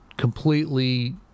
completely